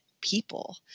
people